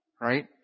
right